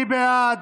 מי בעד?